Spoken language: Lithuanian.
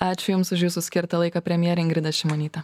ačiū jums už jūsų skirtą laiką premjerė ingrida šimonytė